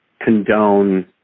condone